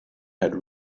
had